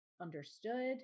understood